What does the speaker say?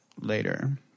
later